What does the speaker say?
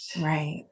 Right